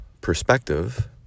perspective